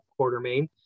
Quartermain